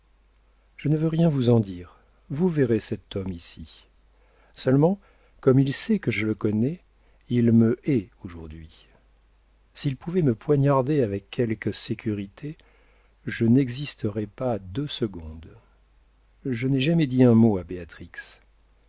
je ne veux rien vous en dire vous verrez cet homme ici seulement comme il sait que je le connais il me hait aujourd'hui s'il pouvait me poignarder avec quelque sécurité je n'existerais pas deux secondes je n'ai jamais dit un mot à